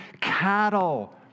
cattle